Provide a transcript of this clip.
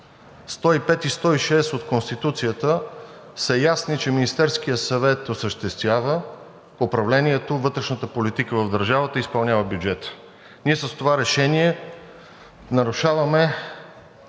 105 и 106 от Конституцията са ясни – Министерският съвет осъществява управлението, вътрешната политика в държавата и изпълнява бюджета, а ние с това решение нарушаваме